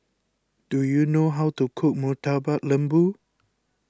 do you know how to cook Murtabak Lembu